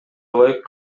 ылайык